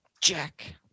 Jack